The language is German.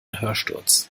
hörsturz